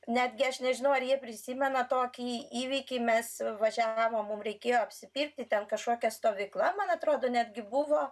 netgi aš nežinau ar jie prisimena tokį įvykį mes važiavom mum reikėjo apsipirkti ten kažkokia stovykla man atrodo netgi buvo